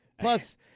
Plus